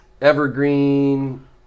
Evergreen